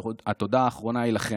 התודה האחרונה היא לכם.